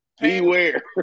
Beware